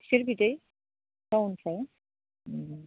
खुसेर बिदै टाउननिफ्राय